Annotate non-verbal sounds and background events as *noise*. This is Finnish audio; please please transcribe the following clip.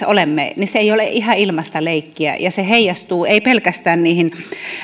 *unintelligible* olemme että se ei ole ihan ilmaista leikkiä ja se heijastuu ei pelkästään niihin